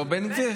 בן גביר?